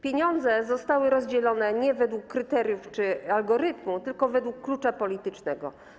Pieniądze zostały rozdzielone nie według kryteriów czy algorytmu, tylko według klucza politycznego.